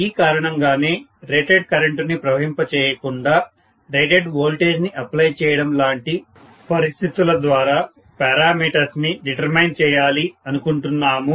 ఈ కారణం గానే రేటెడ్ కరెంటుని ప్రవహింప చేయకుండా రేటెడ్ వోల్టేజ్ ని అప్లై చేయడం లాంటి పరిస్థితుల ద్వారా పారామీటర్స్ ని డిటెర్మ్యిన్ చేయాలి అనుకుంటున్నాము